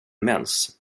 mens